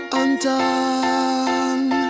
undone